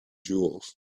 jewels